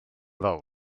fawr